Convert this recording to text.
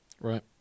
Right